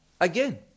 again